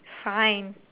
fine